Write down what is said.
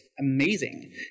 Amazing